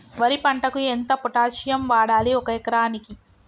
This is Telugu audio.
వరి పంటకు ఎంత పొటాషియం వాడాలి ఒక ఎకరానికి?